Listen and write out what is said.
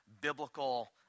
biblical